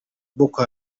boko